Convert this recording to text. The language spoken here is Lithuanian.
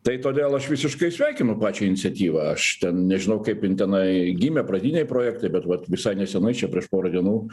tai todėl aš visiškai sveikinu pačią iniciatyvą aš ten nežinau kaip jin tenai gimė pradiniai projektai bet vat visai nesenai čia prieš porą dienų